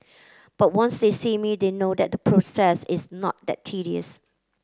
but once they see me they know that the process is not that tedious